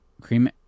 cream